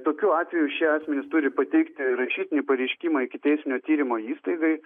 tokiu atveju šie asmenys turi pateikti rašytinį pareiškimą ikiteisminio tyrimo įstaigai